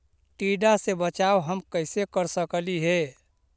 टीडा से बचाव हम कैसे कर सकली हे?